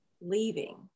leaving